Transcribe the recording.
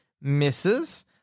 misses